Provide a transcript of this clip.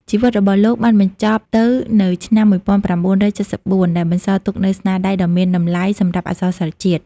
ជីវិតរបស់លោកបានបញ្ចប់ទៅនៅឆ្នាំ ១៩៧៤ ដោយបន្សល់ទុកនូវស្នាដៃដ៏មានតម្លៃសម្រាប់អក្សរសិល្ប៍ជាតិ។